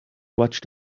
watched